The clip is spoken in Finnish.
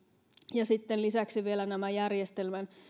ja sitten lisäksi järjestelmien